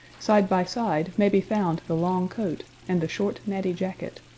side by side may be found the long coat and the short, natty jacket.